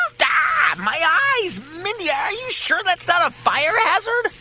and my eyes. mindy, are you sure that's not a fire hazard?